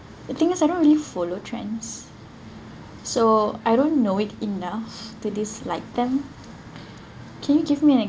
the thing is I don't really follow trends so I don't know it enough to dislike them can you give me an err